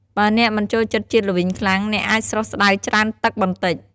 បើអ្នកមិនចូលចិត្តជាតិល្វីងខ្លាំង អ្នកអាចស្រុះស្តៅច្រើនទឹកបន្តិច។